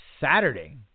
Saturday